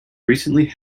recently